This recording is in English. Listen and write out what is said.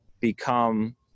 become